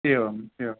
एवम् एवम्